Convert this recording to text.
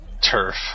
turf